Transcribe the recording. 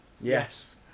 Yes